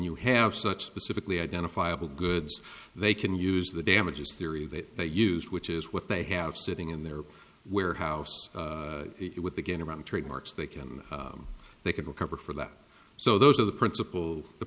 you have such pacifically identifiable goods they can use the damages theory that they use which is what they have sitting in their warehouse it would begin around trademarks they can they can recover for that so those are the principal the